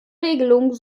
regelung